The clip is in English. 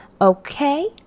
Okay